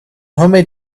homemade